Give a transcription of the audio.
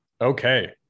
Okay